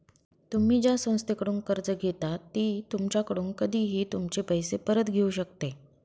तुम्ही ज्या संस्थेकडून कर्ज घेता ती तुमच्याकडून कधीही तुमचे पैसे परत घेऊ शकते